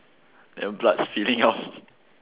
then blood spilling out